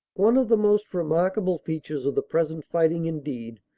one of the most remarkable features of the present fighting, indeed,